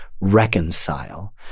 reconcile